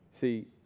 See